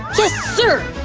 yes sir!